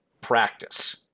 practice